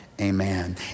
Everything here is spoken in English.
amen